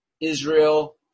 Israel